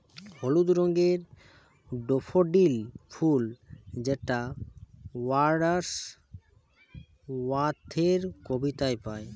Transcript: হলুদ রঙের ডেফোডিল ফুল যেটা ওয়ার্ডস ওয়ার্থের কবিতায় পাই